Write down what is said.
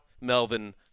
Melvin